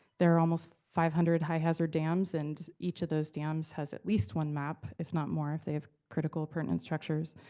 there are almost five hundred high-hazard dams and each of those dams has at least one map, if not more, if they have critical appurtenance structures.